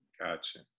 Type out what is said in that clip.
Gotcha